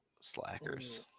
Slackers